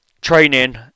training